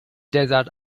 desert